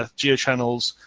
ah geo channels,